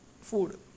food